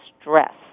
stress